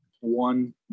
One